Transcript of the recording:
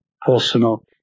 personal